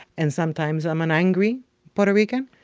and sometimes, i'm an angry puerto rican.